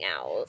out